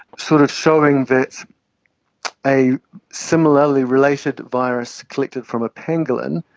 sort of showing that a similarly related virus collected from a pangolin,